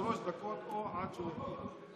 שלוש דקות, או עד שהוא יגיע.